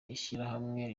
ishirahamwe